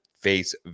face